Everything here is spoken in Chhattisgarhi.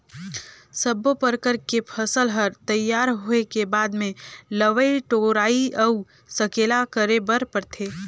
सब्बो परकर के फसल हर तइयार होए के बाद मे लवई टोराई अउ सकेला करे बर परथे